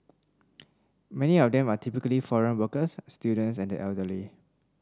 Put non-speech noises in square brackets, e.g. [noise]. [noise] many of them are typically foreign workers students and the elderly